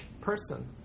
person